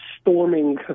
storming